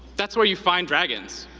that's where you find dragons,